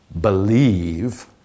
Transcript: believe